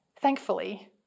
Thankfully